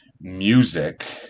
music